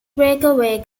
breakaway